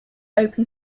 open